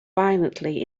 violently